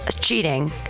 cheating